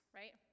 right